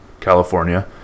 California